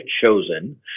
chosen